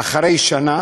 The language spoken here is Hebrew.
אחרי שנה